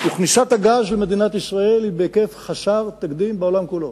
וכניסת הגז למדינת ישראל היא בהיקף חסר תקדים בעולם כולו.